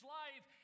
life